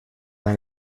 dans